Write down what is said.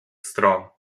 stron